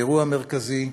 באירוע מרכזי,